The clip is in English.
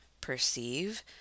perceive